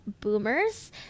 boomers